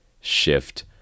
shift